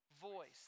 voice